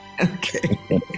Okay